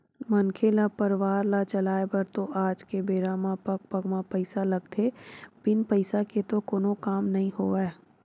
मनखे ल परवार ल चलाय बर तो आज के बेरा म पग पग म पइसा लगथे बिन पइसा के तो कोनो काम नइ होवय